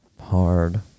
Hard